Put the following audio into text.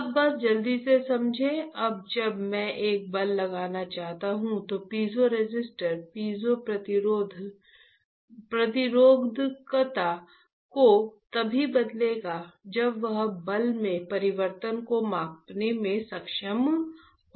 अब बस जल्दी से समझें अब जब मैं एक बल लगाना चाहता हूं तो पीजोरेसिस्टर पीजो प्रतिरोधकता को तभी बदलेगा जब वह बल में परिवर्तन को मापने में सक्षम होगा